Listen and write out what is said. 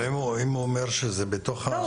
אבל אם הוא אומר שזה בתוך --- לא,